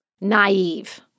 naive